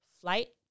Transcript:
flight